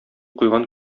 куйган